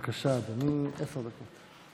בבקשה, אדוני, עשר דקות.